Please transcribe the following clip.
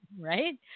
Right